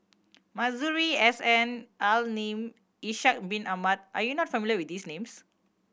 Masuri S N Al Lim Ishak Bin Ahmad are you not familiar with these names